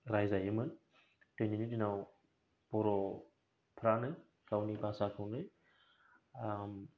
रायजायोमोन दिनैनि दिनाव बर' फ्रानो गावनि भाषाखौनो